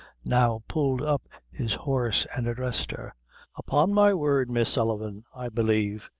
now pulled up his horse and addressed her upon my word, miss sullivan i believe,